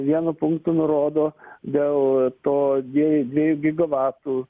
vienu punktu nurodo dėl to dviejų dviejų gigavatų